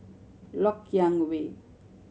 Lok Yang Way